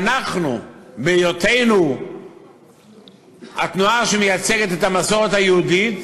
אנחנו, בהיותנו התנועה שמייצגת את המסורת היהודית,